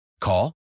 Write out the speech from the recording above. Call